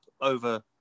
over